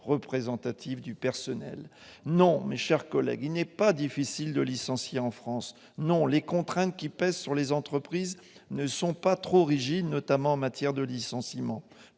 représentatives du personnel. Non, mes chers collègues, il n'est pas difficile de licencier en France ! Non, les contraintes qui pèsent sur les entreprises ne sont pas trop rigides, notamment en matière de licenciement.